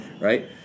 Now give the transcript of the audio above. Right